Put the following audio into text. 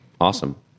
Awesome